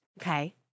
Okay